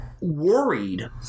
worried